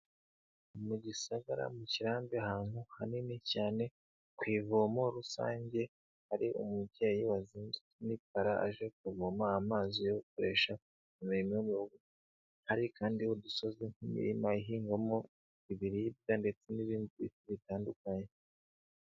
Mu gisagara mu kirambi ahantu hanini cyane ku ivomo rusange, hari umubyeyi wazindutse n'ipara aje kuvoma amazi yo gukoresha imirimo yo mu rugo, hari kandi udusozi n'imirima ihingwamo ibiribwa ndetse n'ibindi bintu bitandukanye.